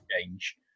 change